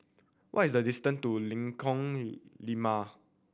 what is the distant to Lengkong Lima